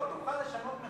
לא תוכל לשנות מכירה.